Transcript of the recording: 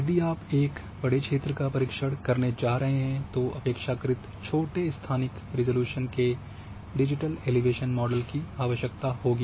यदि आप एक बड़े क्षेत्र का परीक्षण करने जा रहे हैं तो अपेक्षाकृत छोटे स्थानिक रिज़ॉल्यूशन के डिजिटल एलिवेशन मॉडल की आवश्यकता होगी